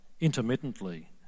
intermittently